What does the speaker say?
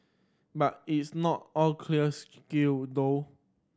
but it is not all clear skill though